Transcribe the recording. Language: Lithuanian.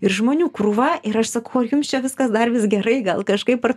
ir žmonių krūva ir aš sakau ar jums čia viskas dar vis gerai gal kažkaip ar